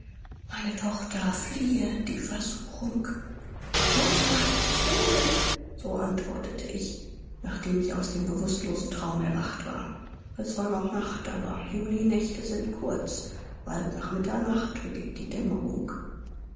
meine tochter fliehe die versuchung mutter ich will so antwortete ich nachdem ich aus dem bewußtlosen traum erwacht war es war noch nacht aber julinächte sind kurz bald nach mitternacht beginnt die dämmerung